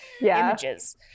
images